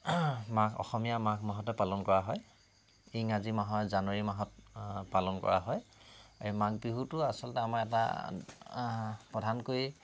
মাঘ অসমীয়া মাঘ মাহতে পালন কৰা হয় ইংৰাজী মাহৰ জানুৱাৰী মাহত পালন কৰা হয় এই মাঘ বিহুটো আচলতে আমাৰ এটা প্ৰধানকৈ